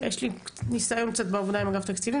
יש לי נסיון קצת בעבודה עם אגף תקציבים,